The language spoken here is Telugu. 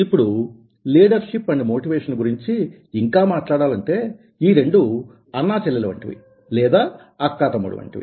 ఇప్పుడు లీడర్షిప్ అండ్ మోటివేషన్ గురించి ఇంకా మాట్లాడాలంటే ఈ రెండూ అన్నాచెల్లెలు వంటివి లేదా అక్క తమ్ముడు వంటివి